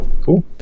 Cool